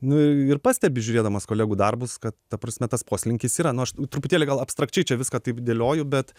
nu ir pastebi žiūrėdamas kolegų darbus kad ta prasme tas poslinkis yra nu aš truputėlį gal abstrakčiai čia viską taip dėlioju bet